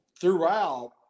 throughout